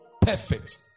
perfect